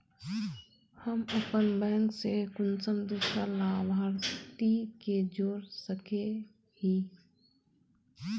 हम अपन बैंक से कुंसम दूसरा लाभारती के जोड़ सके हिय?